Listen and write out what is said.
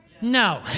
No